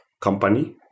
company